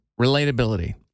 Relatability